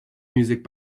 music